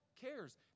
cares